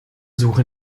suche